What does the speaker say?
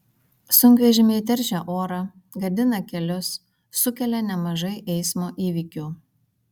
sunkvežimiai teršia orą gadina kelius sukelia nemažai eismo įvykių